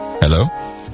Hello